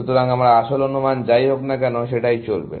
সুতরাং আমার আসল অনুমান যাই হোক না কেন সেটাই চলবে